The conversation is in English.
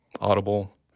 Audible